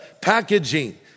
packaging